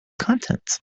contents